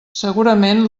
segurament